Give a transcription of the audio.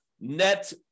net